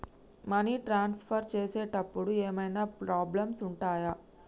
Money transfer చేసేటప్పుడు ఏమైనా problems ఉంటయా?